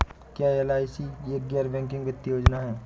क्या एल.आई.सी एक गैर बैंकिंग वित्तीय योजना है?